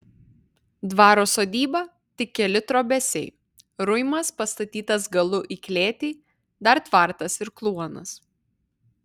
dvaro sodyba tik keli trobesiai ruimas pastatytas galu į klėtį dar tvartas ir kluonas